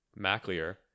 Maclear